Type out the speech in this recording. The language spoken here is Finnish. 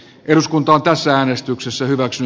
eduskunta on tässä äänestyksessä hyväksy